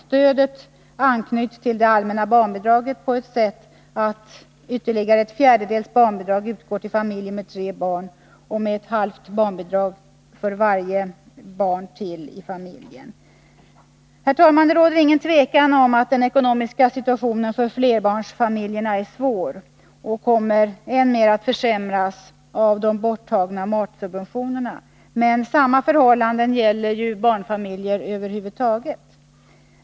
Stödet anknyts till det allmänna barnbidraget på så sätt att ytterligare ett fjärdedels barnbidrag utgår till familjer med tre barn och med ett halvt barnbidrag för varje ytterligare barn i familjen. Herr talman! Det råder ingen tvekan om att den ekonomiska situationen för flerbarnsfamiljer är svår och än mer kommer att försämras av de borttagna matsubventionerna. Men samma förhållande gäller barnfamiljer över huvud taget.